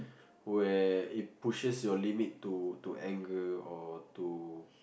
where it pushes your limit to to anger or to